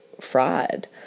fraud